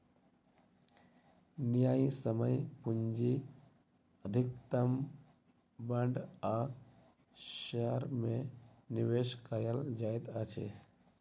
न्यायसम्य पूंजी अधिकतम बांड आ शेयर में निवेश कयल जाइत अछि